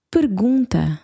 Pergunta